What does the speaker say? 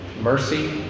mercy